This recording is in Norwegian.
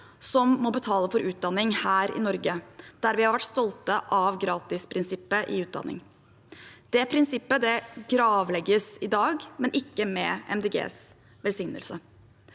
som må betale for utdanning her i Norge, der vi har vært stolt av gratisprinsippet i utdanningen. Det prinsippet gravlegges i dag, men ikke med Miljøpartiet